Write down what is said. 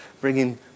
bringing